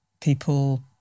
people